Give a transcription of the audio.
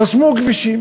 חסמו כבישים